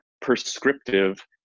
prescriptive